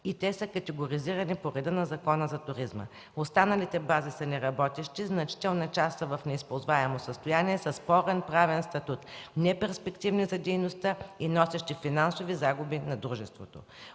и те са категоризирани по реда на Закона за туризма. Останалите бази са неработещи, значителна част са в неизползваемо състояние, със спорен правен статут, неперспективни за дейността и носещи финансови загуби на дружеството.